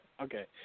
Okay